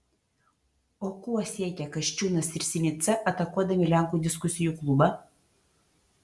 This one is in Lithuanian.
o kuo siekia kasčiūnas ir sinica atakuodami lenkų diskusijų klubą